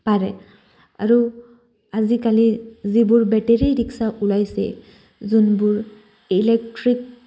পাৰে আৰু আজিকালি যিবোৰ বেটেৰী ৰিক্সা ওলাইছে যোনবোৰ ইলেক্ট্ৰিক